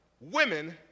women